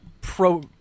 pro